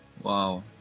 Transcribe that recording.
wow